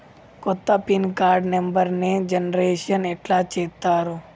కొత్త pin card నెంబర్ని generation ఎట్లా చేత్తరు?